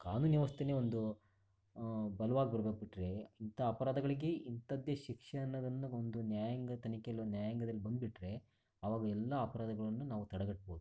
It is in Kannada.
ಕಾನೂನು ವ್ಯವಸ್ಥೆನೇ ಒಂದು ಬಲವಾಗಿ ಬರಬೇಕ್ಬಿಟ್ರೆ ಇಂಥ ಅಪರಾಧಗಳಿಗೆ ಇಂಥದ್ದೇ ಶಿಕ್ಷೆ ಅನ್ನೋದೊಂದು ಒಂದು ನ್ಯಾಯಾಂಗ ತನಿಖೆಯಲ್ಲಿ ನ್ಯಾಯಾಂಗದಲ್ಲಿ ಬಂದ್ಬಿಟ್ರೆ ಆವಾಗ ಎಲ್ಲ ಅಪರಾಧಗಳನ್ನು ನಾವು ತಡೆಗಟ್ಟಬಹುದು